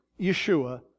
yeshua